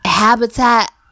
Habitat